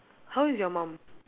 how old is your mum